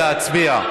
להצביע.